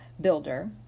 builder